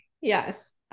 Yes